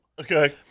okay